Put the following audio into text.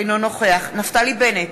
אינו נוכח נפתלי בנט,